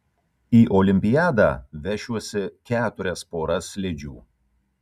į olimpiadą vešiuosi keturias poras slidžių